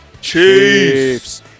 Chiefs